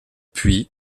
puis